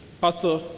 Pastor